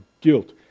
guilt